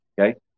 Okay